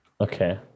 Okay